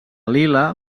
lila